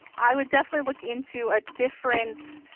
i would definitely look into a different,